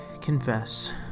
confess